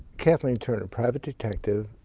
kathleen turner, private detective,